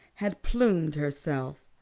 had plumed herself?